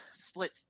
split